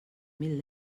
mil